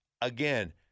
again